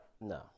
No